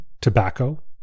tobacco